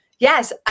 Yes